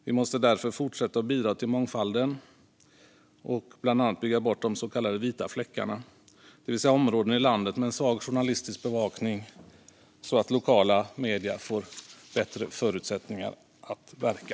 Vi måste därför fortsätta att bidra till mångfalden och bland annat bygga bort så kallade vita fläckar, det vill säga områden i landet med svag journalistisk bevakning, så att lokala medier får bättre förutsättningar att verka.